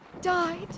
Died